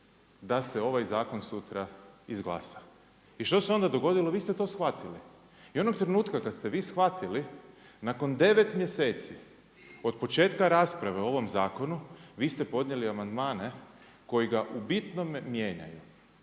da se ovaj zakon sutra izglasa i što se onda dogodilo? Vi ste to shvatili. I onog trenutka kad ste vi shvatili nakon 9 mjeseci, od početka rasprave o ovom zakonu, vi ste podnijeli amandmane koji ga u bitnome mijenjaju.